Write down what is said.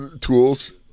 tools